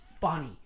funny